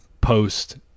post